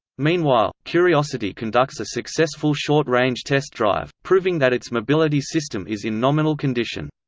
meanwhile, curiosity conducts a successful short-range test drive, proving that its mobility system is in nominal condition.